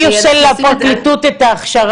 מי עושה לפרקליטות את ההכשרה,